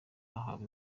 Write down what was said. bahawe